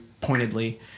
pointedly